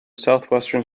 southwestern